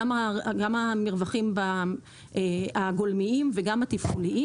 גם המרווחים הגולמיים וגם התפעוליים.